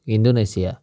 Indonesia